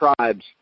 tribes